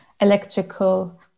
electrical